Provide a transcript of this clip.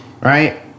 Right